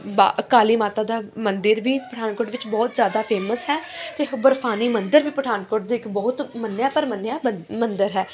ਬ ਕਾਲੀ ਮਾਤਾ ਦਾ ਮੰਦਿਰ ਵੀ ਪਠਾਨਕੋਟ ਵਿੱਚ ਬਹੁਤ ਜ਼ਿਆਦਾ ਫੇਮਸ ਹੈ ਅਤੇ ਬਰਫ਼ਾਨੀ ਮੰਦਰ ਵੀ ਪਠਾਨਕੋਟ ਦੇ ਇੱਕ ਬਹੁਤ ਮੰਨਿਆ ਪਰਮੰਨਿਆ ਮੰ ਮੰਦਰ ਹੈ